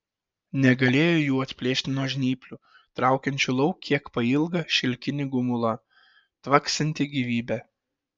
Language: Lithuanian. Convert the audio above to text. negalėjo jų atplėšti nuo žnyplių traukiančių lauk kiek pailgą šilkinį gumulą tvaksintį gyvybe